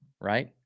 right